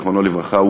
זיכרונו לברכה,